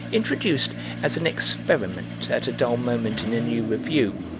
introduced as an experiment at a dull moment in a new revue,